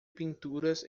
pinturas